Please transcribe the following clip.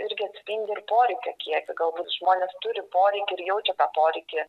irgi atspindi ir poreikio kiekį galbūt žmonės turi poreikį ir jaučia tą poreikį